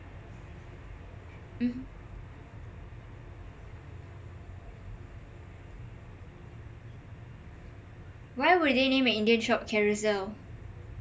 mm why would they name a indian shop